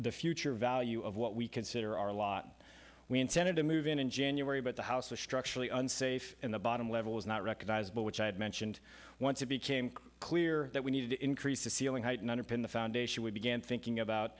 the future value of what we consider our lot we intended to move in in january but the house was structurally unsafe in the bottom levels not recognizable which i had mentioned once it became clear that we needed to increase the ceiling height and underpin the foundation we began thinking about